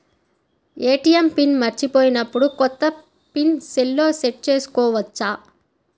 ATM pin మరచిపోయినప్పుడు, కొత్త pin సెల్లో సెట్ చేసుకోవచ్చా?